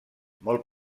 molt